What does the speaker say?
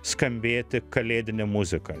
skambėti kalėdinė muzika